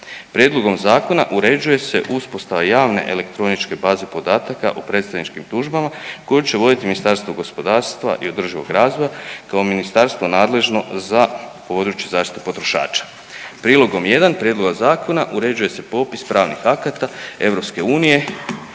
Prijedlogom zakona uređuje se uspostava javne elektroničke baze podataka o predstavničkim tužbama koju će voditi Ministarstvo gospodarstva i održivog razvoja kao ministarstvo nadležno za područje zaštite potrošača. Prilogom 1. prijedloga zakona uređuje se popis pravnih akata EU